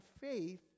faith